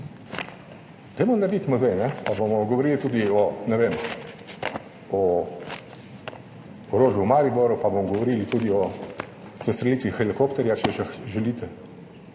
Dajmo narediti muzej pa bomo govorili tudi o, ne vem, o orožju v Mariboru, pa bomo govorili tudi o sestrelitvi helikopterja, če želite,